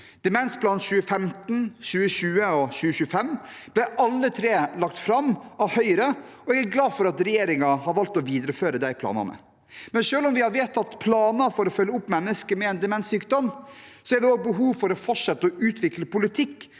Demensplanen 2025 ble alle lagt fram av Høyre, og jeg er glad for at regjeringen har valgt å videreføre de planene. Men selv om vi har vedtatt planer for å følge opp mennesker med en demenssykdom, er det også behov for å fortsette å utvikle politikk